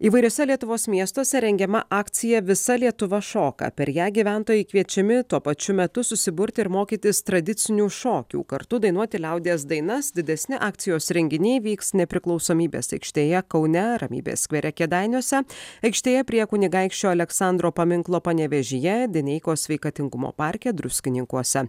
įvairiuose lietuvos miestuose rengiama akcija visa lietuva šoka per ją gyventojai kviečiami tuo pačiu metu susiburti ir mokytis tradicinių šokių kartu dainuoti liaudies dainas didesni akcijos renginiai vyks nepriklausomybės aikštėje kaune ramybės skvere kėdainiuose aikštėje prie kunigaikščio aleksandro paminklo panevėžyje dineikos sveikatingumo parke druskininkuose